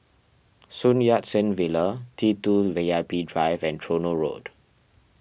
Sun Yat Sen Villa T two V I P Drive and Tronoh Road